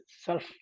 self